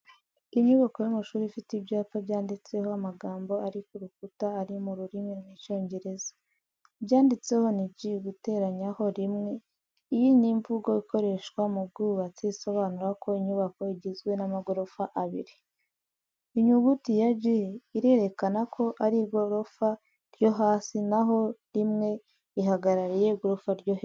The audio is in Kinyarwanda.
Inyubako y’amashuri ifite ibyapa byanditseho amagambo ari kurukuta ari mu rurimi rw'icyongereza. ibyanditseho ni g guteranyaho rimwe iyi ni imvugo ikoreshwa mu bwubatsi isobanura ko inyubako igizwe n’amagorofa abiri. Inyuguti ya g irerekana ko ari igofa ryo hasi naho rimwe ihagarariye igorofa ryo hejuru.